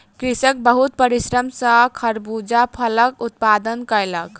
कृषक बहुत परिश्रम सॅ खरबूजा फलक उत्पादन कयलक